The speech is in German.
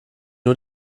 nur